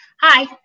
hi